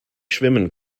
schwimmen